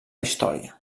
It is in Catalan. història